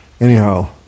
Anyhow